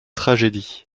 tragédie